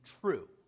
true